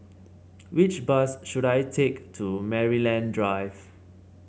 which bus should I take to Maryland Drive